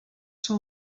són